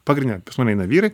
pagrinde pas mane eina vyrai